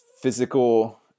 physical